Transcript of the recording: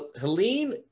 Helene